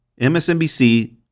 MSNBC